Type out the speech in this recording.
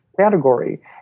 category